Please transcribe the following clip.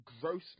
grossly